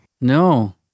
no